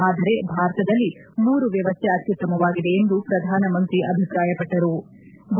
ಆದರೆ ಭಾರತದಲ್ಲಿ ಮೂರು ವ್ಯವಸ್ಥೆ ಅತ್ಯುತ್ತಮವಾಗಿದೆ ಎಂದು ಪ್ರಧಾನಮಂತ್ರಿ ಅಭಿಪ್ರಾಯಪಟ್ಷರು